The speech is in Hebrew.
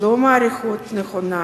לא מעריכות נכונה